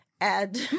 add